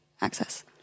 access